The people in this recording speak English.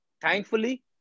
Thankfully